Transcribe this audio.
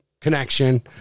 connection